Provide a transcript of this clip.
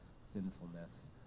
sinfulness